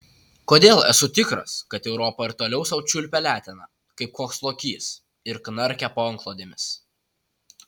kodėl esu tikras kad europa ir toliau sau čiulpia leteną kaip koks lokys ir knarkia po antklodėmis